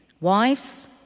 wives